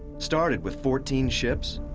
started with fourteen ships,